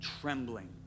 trembling